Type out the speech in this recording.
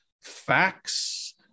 facts